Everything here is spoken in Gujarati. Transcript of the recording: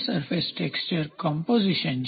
સરફેસ ટેક્ચર કમ્પેરીઝન છે